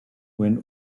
when